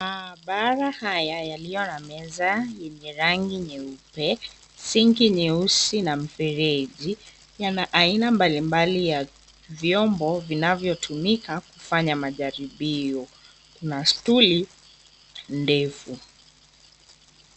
Maabara haya yaliyo na meza yenye rangi nyeupe, sinki nyeusi na mfereji; yana aina mbalimbali ya vyombo vinavyotumika kufanya majaribio. Kuna stuli ndefu.